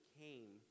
came